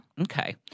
Okay